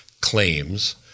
claims